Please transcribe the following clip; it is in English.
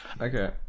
Okay